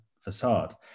facade